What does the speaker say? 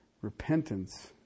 repentance